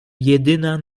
jedyna